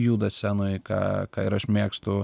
juda scenoj ką ir aš mėgstu